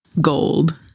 gold